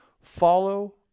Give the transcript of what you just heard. follow